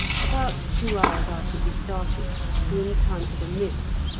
about two hours after he started he encountered a mist,